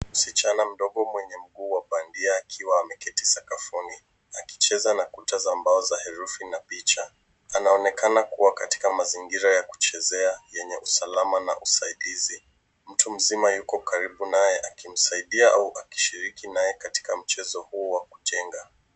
Msichana mdogo mwenye mguu wa bandia akiwa ameketi sakafuni akicheza na kujaza mbao za herufi na picha. Anaonekana kuwa katika mazingira ya kuchezea yenye usalama na usaidizi. Mtu mzima yuko karibu naye akimsaidia au akishiriki naye katika mchezo huo wa kujenga.